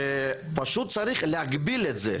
ופשוט צריך להגביל את זה.